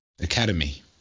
academy